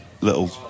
little